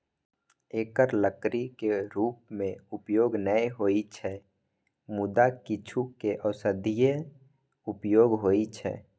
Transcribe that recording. एकर लकड़ी के रूप मे उपयोग नै होइ छै, मुदा किछु के औषधीय उपयोग होइ छै